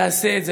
תעשה את זה.